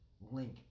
link